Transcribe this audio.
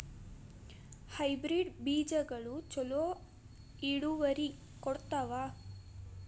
Hybrid ಬೇಜಗೊಳು ಛಲೋ ಇಳುವರಿ ಕೊಡ್ತಾವ?